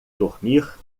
dormir